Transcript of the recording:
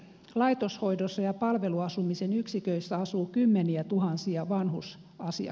laitoshoidossa ja palveluasumisen yksiköissä asuu kymmeniätuhansia vanhusasiakkaita